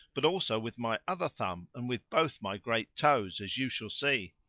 but also with my other thumb and with both my great toes, as you shall see.